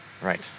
Right